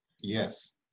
Yes